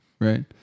right